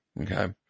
Okay